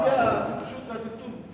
שיא הטיפשות והטמטום.